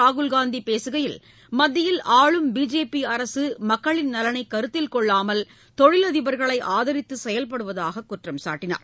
ராகுல் காந்தி பேசுகையில் மத்தியில் ஆளும் பிஜேபி அரசு மக்களின் நலனை கருத்தில் கொள்ளாமல் தொழிலதிபர்களை ஆதரித்து செயல்படுவதாக குற்றம் சாட்டினார்